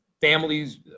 families